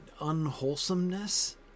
unwholesomeness